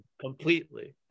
completely